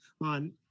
on